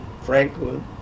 Franklin